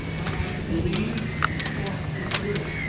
i believe oh, i feel ill!